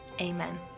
Amen